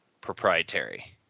proprietary